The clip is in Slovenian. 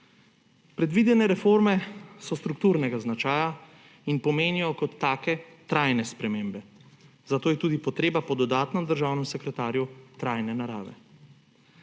Predvidene reforme so strukturnega značaja in pomenijo kot take trajne spremembe, zato je tudi potreba po dodatnem državnem sekretarju trajne narave.